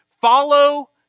Follow